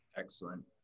Excellent